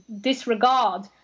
disregard